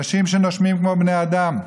אנשים שנושמים כמו בני אדם,